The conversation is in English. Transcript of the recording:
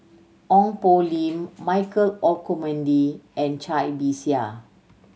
Ong Poh Lim Michael Olcomendy and Cai Bixia